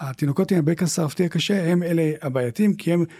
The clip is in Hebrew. התינוקות עם הבקע סרעפתי קשה הם אלה הבעייתים כי הם.